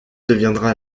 deviendra